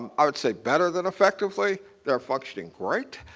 i would say better than effectively, they're functioning great.